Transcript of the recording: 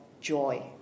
joy